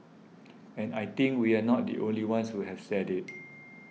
and I think we're not the only ones who have said it